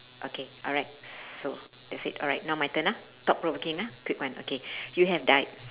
okay alright so that's it alright now my turn ah thought provoking ah quick one okay you have died